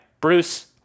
Bruce